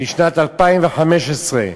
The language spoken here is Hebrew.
לשנת 2015,